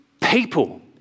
People